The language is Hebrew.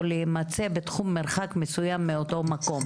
או להימצא בתחום מרחק מסוים מאותו מקום";